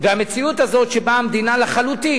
המציאות הזאת שבה המדינה לחלוטין,